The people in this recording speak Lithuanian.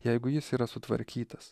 jeigu jis yra sutvarkytas